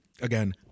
Again